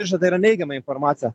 miršta yra neigiama informacija